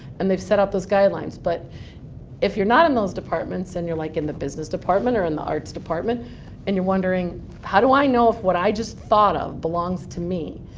and they've set out those guidelines. but if you're not in those departments and you're like in the business department or in the arts department and you're wondering do i know if what i just thought of belongs to me,